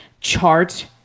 chart